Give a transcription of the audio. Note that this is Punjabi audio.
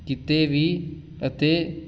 ਕਿਤੇ ਵੀ ਅਤੇ